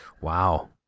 wow